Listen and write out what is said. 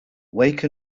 wake